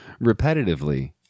repetitively